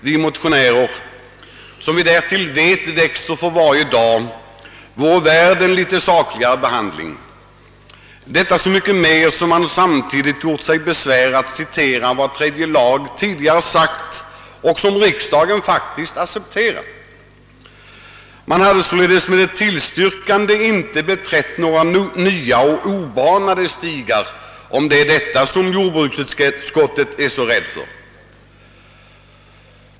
Vi motionärer finner att detta problem — som växer för varje dag vore värt en sakligare behandling, detta så mycket mer som man samtidigt gjort sig besväret att citera vad tredje lagutskottet tidigare skrivit, vilket riksdagen faktiskt accepterat. Med ett tillstyrkande skulle man alltså inte ha beträtt några nya och obanade stigar, om det nu är det som jordbruksutskottet är så rädd för.